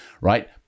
right